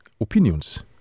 opinions